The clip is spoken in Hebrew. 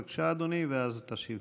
בבקשה, אדוני, ואז תשיב.